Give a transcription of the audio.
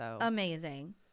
Amazing